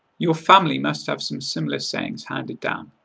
your family must have some similar sayings handed down.